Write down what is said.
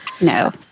No